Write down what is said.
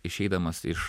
išeidamas iš